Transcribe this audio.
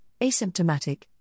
asymptomatic